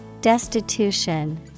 destitution